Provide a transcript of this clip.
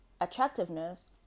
attractiveness